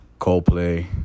Coldplay